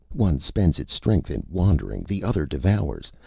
one spends its strength in wandering, the other devours.